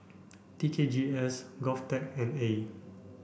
T K G S GOVTECH and AYE